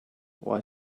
why